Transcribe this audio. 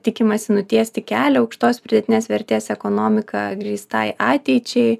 tikimasi nutiesti kelią aukštos pridėtinės vertės ekonomiką grįstai ateičiai